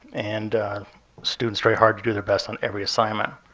and students try hard to do their best on every assignment.